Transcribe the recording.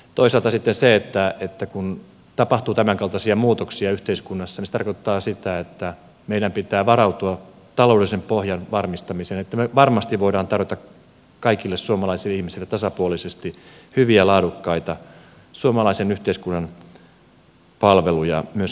toisaalta sitten kun tapahtuu tämän kaltaisia muutoksia yhteiskunnassa se tarkoittaa sitä että meidän pitää varautua taloudellisen pohjan varmistamiseen että me varmasti voimme tarjota kaikille suomalaisille ihmisille tasapuolisesti hyviä laadukkaita suomalaisen yhteiskunnan palveluja myöskin jatkossa